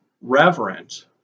reverent